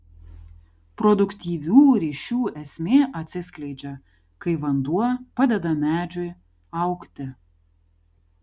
produktyvių ryšių esmė atsiskleidžia kai vanduo padeda medžiui augti